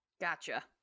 Gotcha